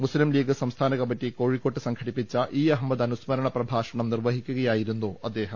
മുസ്ലിംലീഗ് സംസ്ഥാന കമ്മിറ്റി കോഴിക്കോട്ട് സംഘടിപ്പിച്ച ഇ അഹ മ്മദ് അനുസ്മരണ പ്രഭാഷണം നിർവഹിക്കുകയായിരുന്നു അദ്ദേഹം